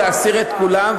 להסיר את כולן,